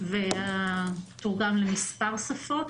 וזה תורגם למספר שפות.